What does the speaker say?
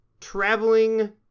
traveling